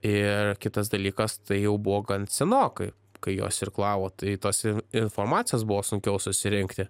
ir kitas dalykas tai jau buvo gan senokai kai jos irklavo tai tos informacijos buvo sunkiau susirinkti